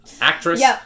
actress